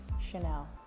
Chanel